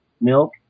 milk